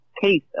case